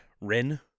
Rin